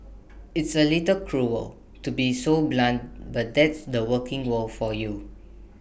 it's A little cruel to be so blunt but that's the working world for you